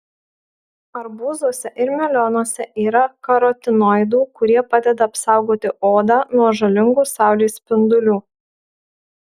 arbūzuose ir melionuose yra karotinoidų kurie padeda apsaugoti odą nuo žalingų saulės spindulių